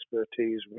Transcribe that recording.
expertise